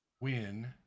win